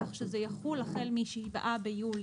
כך שזה יחול החל מ-7 ביולי,